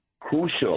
crucial